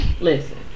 listen